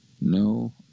No